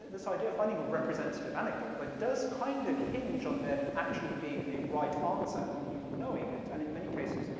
this idea of finding a representative anecdote, like, does kind of hinge on there actually being a right answer and on you knowing it, and in many cases,